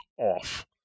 off